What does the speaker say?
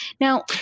Now